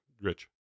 Rich